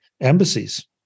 embassies